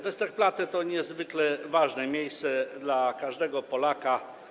Westerplatte to niezwykle ważne miejsce dla każdego Polaka.